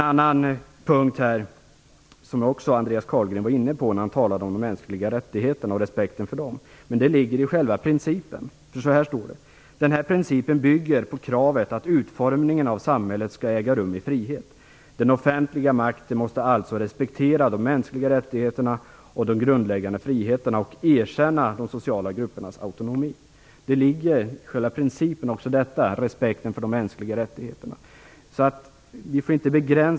Andreas Carlgren var också inne på en annan punkt när han talade om de mänskliga rättigheterna och respekten för dem. Det ligger i själva principen. Så här står det: "Denna princip bygger på kravet att utformningen av samhället skall äga rum i frihet. Den offentliga makten måste alltså respektera de mänskliga rättigheterna och de grundläggande friheterna, och erkänna de sociala gruppernas autonomi." Respekten för de mänskliga rättigheterna ligger också i själva principen.